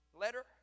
letter